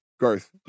Garth